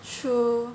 true